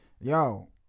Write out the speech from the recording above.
Yo